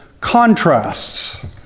contrasts